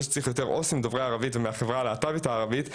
שצריך יותר עו״סים דוברי ערבית ומהחברה הלהט״בית הערבית,